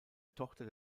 tochter